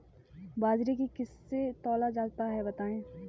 बाजरे को किससे तौला जाता है बताएँ?